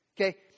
Okay